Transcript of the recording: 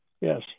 yes